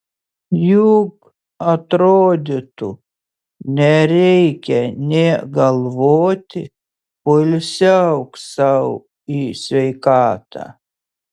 juk atrodytų nereikia nė galvoti poilsiauk sau į sveikatą